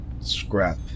Scrap